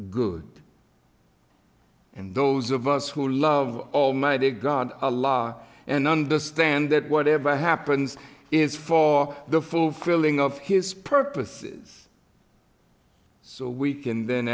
good and those of us who love almighty god a law and understand that whatever happens is for the fulfilling of his purposes so we can then